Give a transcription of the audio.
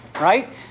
Right